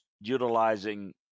utilizing